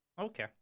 Okay